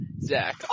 Zach